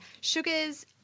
sugars